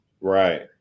Right